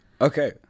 Okay